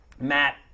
Matt